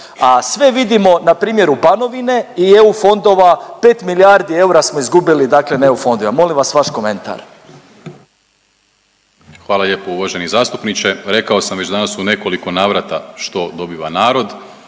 sve vidimo na primjeru Banovine i EU fondova, 5 milijardi eura smo izgubili, dakle na EU fondovima. Molim vas vaš komentar. **Primorac, Marko** Hvala lijepo uvaženi zastupniče. Rekao sam već danas u nekoliko navrata što dobiva narod